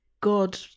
god